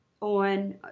on